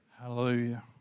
Hallelujah